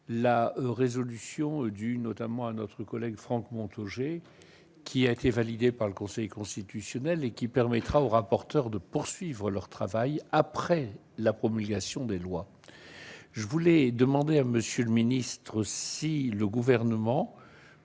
eux résolution du notamment à notre collègue Franck Montaugé qui a été validé par le Conseil constitutionnel et qui permettra aux rapporteur de poursuivre leur travail après la promulgation des lois, je voulais demander à monsieur le ministre, si le gouvernement